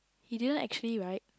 he didn't actually right